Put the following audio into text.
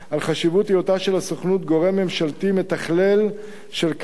על חשיבות היותה של הסוכנות גורם ממשלתי מתכלל של כלל